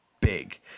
big